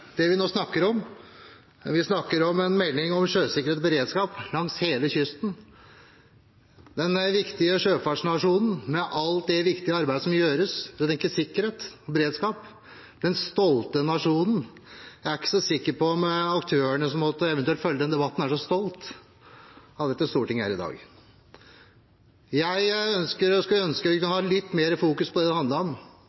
det er trist for det vi nå snakker om. Vi snakker om en melding om sjøsikkerhet og beredskap langs hele kysten – den viktige sjøfartsnasjonen med alt det viktige arbeidet som gjøres, som tenker sikkerhet og beredskap, den stolte nasjonen. Jeg er ikke så sikker på om aktørene som eventuelt måtte følge denne debatten, er så stolt av Stortinget her i dag. Jeg skulle ønske vi